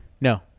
No